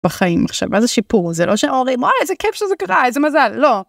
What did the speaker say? בחיים עכשיו, מה זה שיפור זה לא שהורים איזה כיף שזה קרה איזה מזל לא.